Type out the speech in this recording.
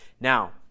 Now